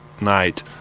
night